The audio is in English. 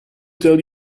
tell